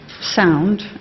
Sound